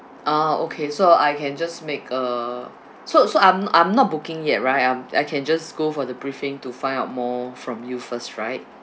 ah okay so I can just make a so so I'm I'm not booking yet right I'm I can just go for the briefing to find out more from you first right